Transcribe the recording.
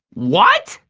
what!